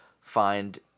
find